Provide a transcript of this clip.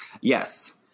Yes